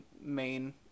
main